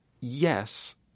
yes